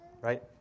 right